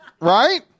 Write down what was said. right